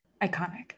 Iconic